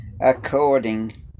according